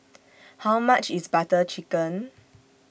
How much IS Butter Chicken